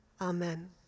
Amen